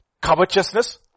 covetousness